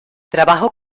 trabajo